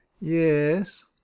Yes